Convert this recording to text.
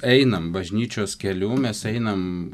einam bažnyčios keliu mes einam